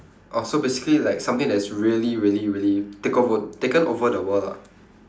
oh so basically like something that's really really really take over taken over the world lah